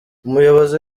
umuyobozi